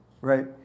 right